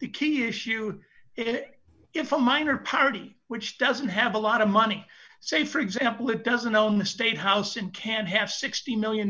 the key issue it if a minor party which doesn't have a lot of money say for example it doesn't own the state house and can't have sixty million